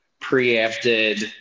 preempted